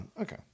okay